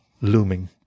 looming